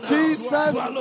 Jesus